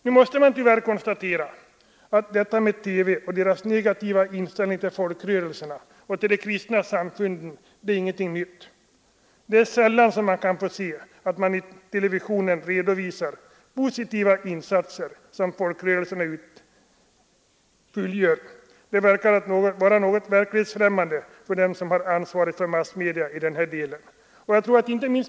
Nu är detta med TV och dess negativa inställning till folkrörelserna och de kristna samfunden inget nytt. Sällan redovisas i TV de positiva insatser folkrörelserna gör. De är verklighetsfrämmande för dem som har ansvaret för massmedia.